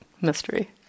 mystery